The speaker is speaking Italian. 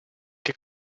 che